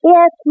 Yes